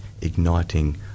igniting